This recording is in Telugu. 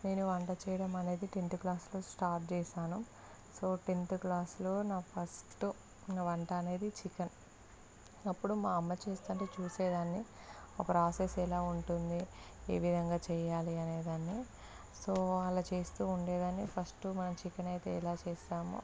నేను వంట చేయడం అనేది టెన్త్ క్లాస్లో స్టార్ట్ చేశాను సో టెన్త్ క్లాస్లో నా ఫస్ట్ వంట అనేది చికెన్ అప్పుడు మా అమ్మ చేస్తుంటే చూసే దాన్ని ఆ ప్రాసెస్ ఎలా ఉంటుంది ఏ విధంగా చేయాలి అనే దాన్ని సో అలా చేస్తు ఉండే దాన్ని ఫస్ట్ మనం చికెన్ అయితే ఎలా చేస్తాము